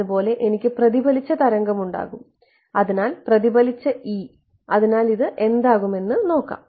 അതുപോലെ എനിക്ക് പ്രതിഫലിച്ച തരംഗം ഉണ്ടാകും അതിനാൽ പ്രതിഫലിച്ച E അതിനാൽ ഇത് എന്താകുമെന്ന് നോക്കാം